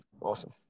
Awesome